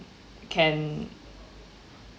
can